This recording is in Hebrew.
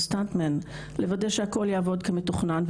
לוודא שהכל יעבוד כמתוכנן,